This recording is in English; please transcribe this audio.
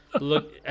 Look